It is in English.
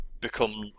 become